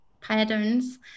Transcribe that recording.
patterns